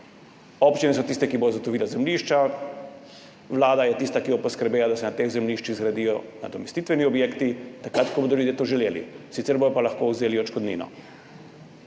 Občine so tiste, ki bodo zagotovile zemljišča, Vlada je tista, ki bo poskrbela, da se na teh zemljiščih zgradijo nadomestitveni objekti, takrat ko bodo ljudje to želeli, sicer bodo pa lahko vzeli odškodnino.